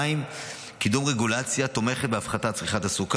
קידום רגולציה התומכת בהפחתת צריכת הסוכר